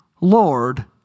Lord